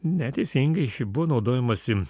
ne teisingai šiaip buvo naudojamasi